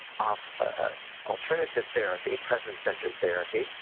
ah alternative therapy, present-centered therapy,